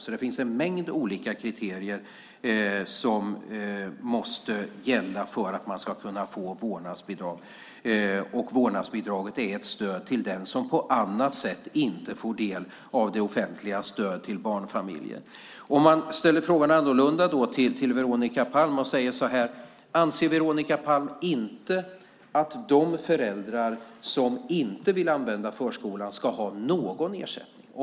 Det finns alltså en mängd olika kriterier som måste uppfyllas för att man ska kunna få vårdnadsbidrag. Och vårdnadsbidraget är ett stöd till den som på annat sätt inte får del av det offentligas stöd till barnfamiljer. Man kan också ställa frågan annorlunda: Anser Veronica Palm inte att de föräldrar som inte vill använda förskolan ska ha någon ersättning alls?